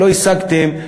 לא השגתם,